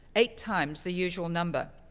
eight times the usual number.